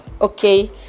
Okay